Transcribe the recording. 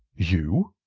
you!